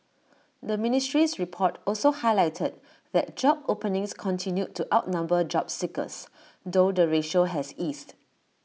the ministry's report also highlighted that job openings continued to outnumber job seekers though the ratio has eased